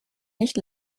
nicht